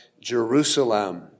Jerusalem